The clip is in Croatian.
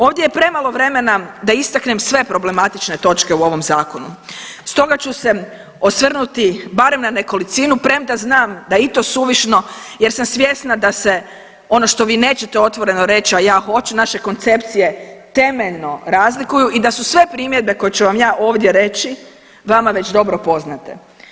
Ovdje je premalo vremena da istaknem sve problematične točke u ovom zakonu, stoga ću se osvrnuti barem na nekolicinu premda znam da je i to suvišno jer sam svjesna da se ono što vi nećete otvoreno reći, a ja hoću, naše koncepcije temeljno razlikuju i da su sve primjedbe koje ću vam ja ovdje reći vama već dobro poznate.